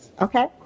okay